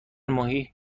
ماهی